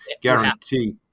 guarantee